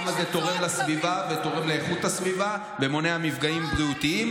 כמה זה תורם לסביבה ותורם לאיכות הסביבה ומונע מפגעים בריאותיים,